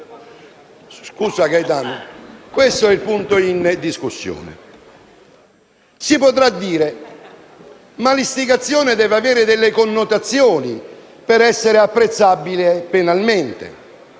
Si potrà dire che l'istigazione deve avere delle connotazioni per essere apprezzabile penalmente: